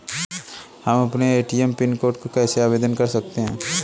हम ATM pin code के लिए कैसे आवेदन कर सकते हैं?